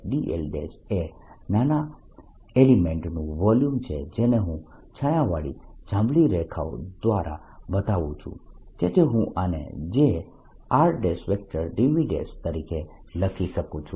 dl એ નાના એલિમેન્ટનું વોલ્યુમ છે જેને હું છાયાવાળી જાંબલી રેખાઓ દ્વારા બતાવું છું તેથી હું આને J r dV તરીકે લખી શકું છું